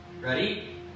Ready